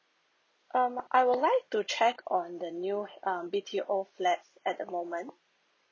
um I would like to check on the new um B_T_O flat at the moment